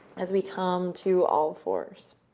as we come to all fours.